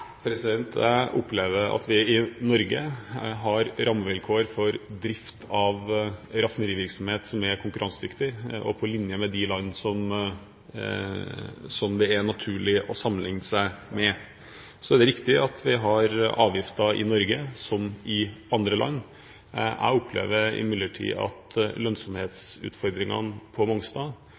Jeg opplever at vi i Norge har rammevilkår for drift av raffinerivirksomhet som er konkurransedyktige og på linje med dem de har i de landene som det er naturlig å sammenlikne seg med. Så er det riktig at vi har avgifter i Norge, som i andre land. Jeg opplever imidlertid at lønnsomhetsutfordringene på Mongstad